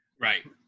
Right